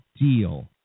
deal